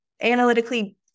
analytically